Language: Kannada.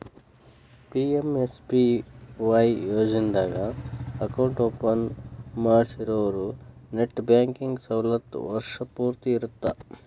ಪಿ.ಎಂ.ಎಸ್.ಬಿ.ವಾಯ್ ಯೋಜನಾದಾಗ ಅಕೌಂಟ್ ಓಪನ್ ಮಾಡ್ಸಿರೋರು ನೆಟ್ ಬ್ಯಾಂಕಿಂಗ್ ಸವಲತ್ತು ವರ್ಷ್ ಪೂರ್ತಿ ಇರತ್ತ